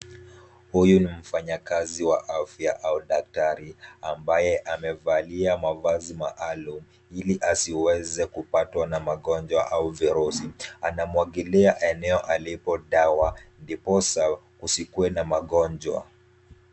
Huyu ni mfanyakazi wa afya au daktari ambaye amevalia mavazi maalum ili asiweze kupatwa na magonjwa au virusi, anamwagilia eneo alipo dawa ndiposa kusikwe na magonjwa.